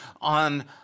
on